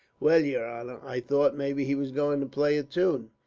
well, yer honor, i thought maybe he was going to play a tune,